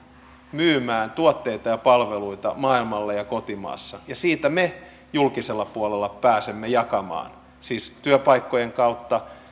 myymään tuotteita ja palveluita maailmalla ja kotimaassa ja siitä me julkisella puolella pääsemme jakamaan siis sekä työpaikkojen